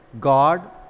God